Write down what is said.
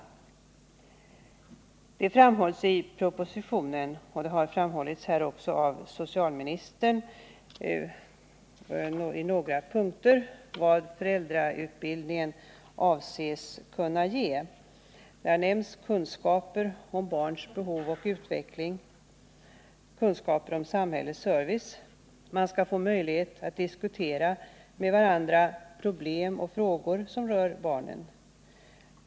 Det framhålls i propositionen — och det har också framhållits här av socialministern i några punkter — vad föräldrautbildningen avses kunna ge. Det har nämnts kunskaper om barns behov och utveckling och om samhällets service samt möjligheten att med varandra diskutera problem och frågor som rör barn.